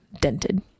dented